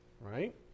right